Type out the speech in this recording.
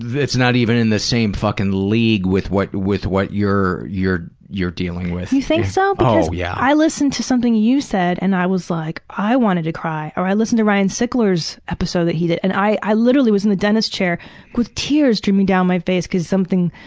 that's not even in the same fucking league with what with what you're you're you're dealing with. you think so? cause yeah i listened to something you said and i was like, i wanted to cry. or i listened to ryan sickler's episode that he did. and i i literally was in the dentist's chair with tears streaming down my face cause something.